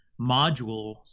modules